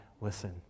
listen